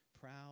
proud